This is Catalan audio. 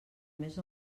més